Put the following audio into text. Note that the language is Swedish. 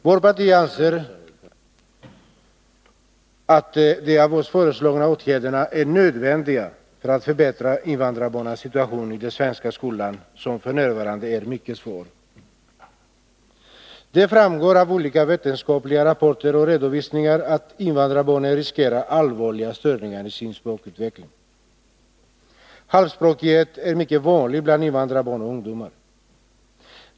Vårt parti anser att de av oss föreslagna åtgärderna är nödvändiga för att förbättra invandrarbarnens situation i den svenska skolan, som f.n. är mycket svår. Det framgår av olika vetenskapliga rapporter och redovisningar att invandrarbarnen riskerar allvarliga störningar i sin språkutveckling. Halvspråkighet är mycket vanlig bland invandrarbarn och ungdomar.